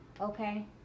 okay